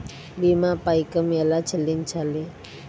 భీమా పైకం ఎలా చెల్లించాలి?